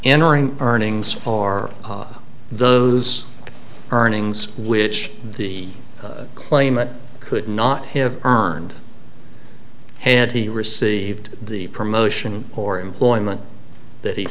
entering earnings are those earnings which the claimant could not have earned had he received the promotion or employment that he